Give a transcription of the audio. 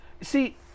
See